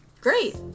great